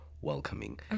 welcoming